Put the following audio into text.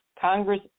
Congress